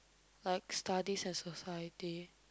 like studies and society